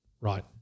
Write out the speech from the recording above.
Right